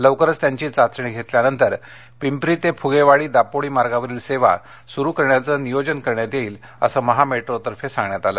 लवकरच त्यांची चाचणी घेतल्यानंतर पिंपरी ते फुगेवाडी दापोडी मार्गावरील सेवा सुरु करण्याचं नियोजन करण्यात येईल असं महामेट्रोतर्फे सांगण्यात आलं